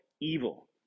evil